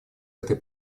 этой